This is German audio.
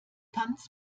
tanz